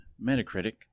Metacritic